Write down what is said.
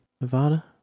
Nevada